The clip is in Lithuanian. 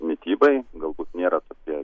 mitybai galbūt nėra tokie